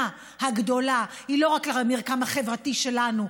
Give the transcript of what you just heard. הגדולה היא לא רק למרקם החברתי שלנו,